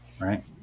right